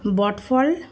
বটফল